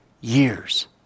years